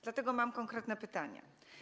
Dlatego mam konkretne pytania.